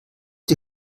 die